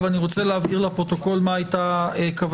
הייתה כוונתי,